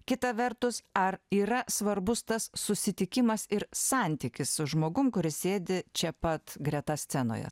kita vertus ar yra svarbus tas susitikimas ir santykis su žmogum kuris sėdi čia pat greta scenoje